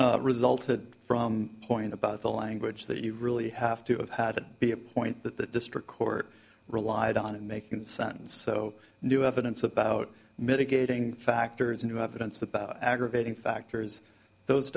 resulted from point about the language that you really have to have had it be a point that the district court relied on in making sense so new evidence about mitigating factors into evidence about aggravating factors those